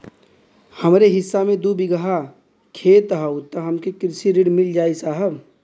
हमरे हिस्सा मे दू बिगहा खेत हउए त हमके कृषि ऋण मिल जाई साहब?